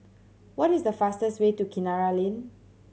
what is the fastest way to Kinara Lane